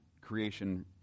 creation